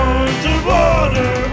Underwater